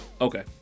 Okay